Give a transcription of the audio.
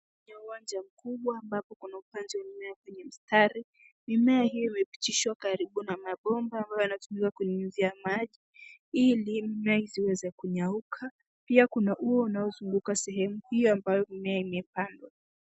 Ni uwanja mkubwa ambapo kuna uwanja wa mimea kwenye mstari. Mimea hiyo imepitishwa karibu na mabomba ambayo yanatumiwa kunyunyuzia maji ili mimea isiweze kunyauka. Pia kuna ua unaozunguka sehemu hiyo ambayo mimea imepandwa.